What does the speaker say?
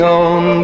on